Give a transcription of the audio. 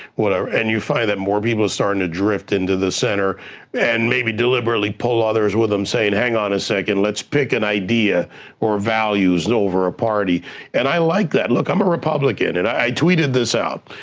whatever, and you find that more people are starting to drift into the center and maybe deliberately pull others with them, saying hang on a second, let's pick an idea or values over a party and i like that. look, i'm a republican and i tweeted this out.